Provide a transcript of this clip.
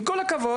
עם כל הכבוד,